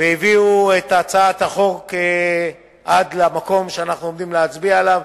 והביאו את הצעת החוק עד למקום שאנחנו עומדים להצביע עליה.